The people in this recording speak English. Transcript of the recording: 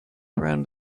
around